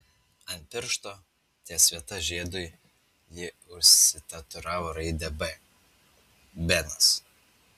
ant piršto ties vieta žiedui ji išsitatuiravo raidę b benas